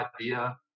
idea